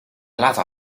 latter